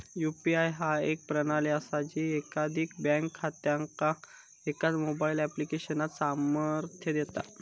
UPI ह्या एक प्रणाली असा जी एकाधिक बँक खात्यांका एकाच मोबाईल ऍप्लिकेशनात सामर्थ्य देता